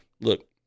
Look